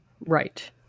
Right